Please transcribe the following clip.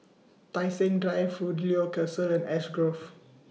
Tai Seng Drive Fidelio and Ash Grove